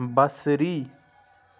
بصری